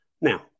Now